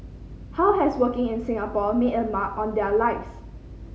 how has working in Singapore made a mark on their lives